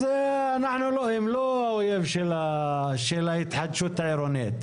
אז הם לא האויב של ההתחדשות העירונית.